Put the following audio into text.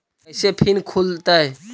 कैसे फिन खुल तय?